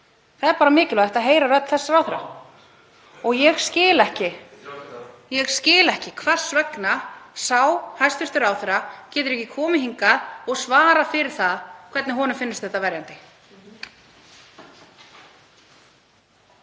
Það er bara mikilvægt að heyra rödd þess ráðherra. Ég skil ekki hvers vegna sá hæstv. ráðherra getur ekki komið hingað og svarað fyrir það hvernig honum finnist þetta verjandi.